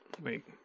Wait